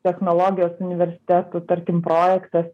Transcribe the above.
technologijos universiteto tarkim projektas